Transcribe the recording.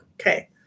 okay